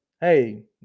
hey